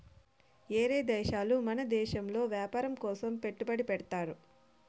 ఏరే దేశాలు మన దేశంలో వ్యాపారం కోసం పెట్టుబడి పెడ్తారు